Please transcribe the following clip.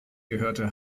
gehörte